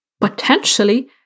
potentially